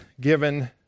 given